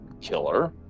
killer